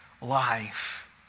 life